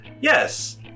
Yes